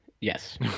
Yes